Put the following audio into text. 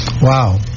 Wow